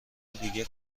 دیگه